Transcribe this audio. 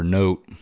note